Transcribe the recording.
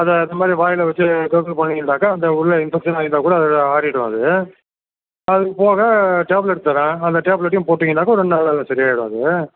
அதை அ மாதிரி வாயில் வச்சு பண்ணிங்கனாக்கா அந்த உள்ள இன்ஃபெக்ஷன் ஆகிருந்தால் கூட அது ஆறிடும் அது அதுக்கு போக டேப்லெட் தரேன் அந்த டேப்லெட்டையும் போட்டீங்கனாக்க ரெண்டு நாளில் சரி ஆகிடும் அது